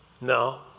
No